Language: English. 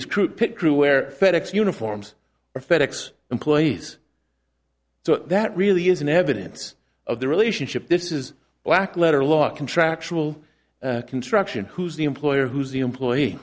his crew pit crew where fed ex uniforms fed ex employees so that really isn't evidence of the relationship this is black letter law contractual construction who's the employer who's the employee